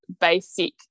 basic